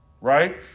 Right